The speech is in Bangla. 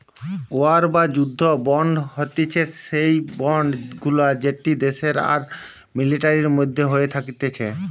ওয়ার বা যুদ্ধ বন্ড হতিছে সেই বন্ড গুলা যেটি দেশ আর মিলিটারির মধ্যে হয়ে থাকতিছে